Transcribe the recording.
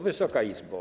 Wysoka Izbo!